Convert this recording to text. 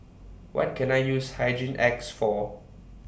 What Can I use Hygin X For